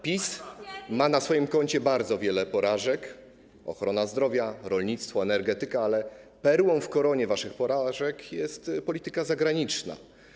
PiS ma na swoim koncie bardzo wiele porażek: ochrona zdrowia, rolnictwo, energetyka, ale perłą w koronie waszych porażek jest polityka zagraniczna.